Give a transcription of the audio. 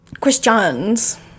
Questions